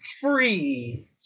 free